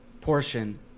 portion